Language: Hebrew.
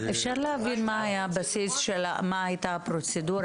אפשר להבין מה הייתה הפרוצדורה,